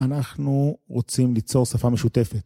אנחנו רוצים ליצור שפה משותפת.